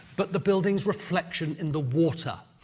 but the building's reflection in the water.